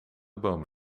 boom